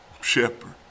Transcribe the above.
shepherd